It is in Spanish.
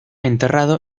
enterrado